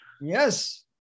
Yes